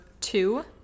two